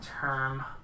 term